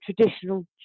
traditional